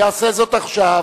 יעשה זאת עכשיו.